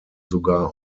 sogar